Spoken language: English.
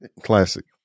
classic